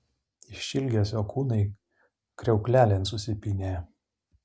iš ilgesio kūnai kriauklelėn susipynė